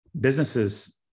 businesses